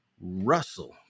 Russell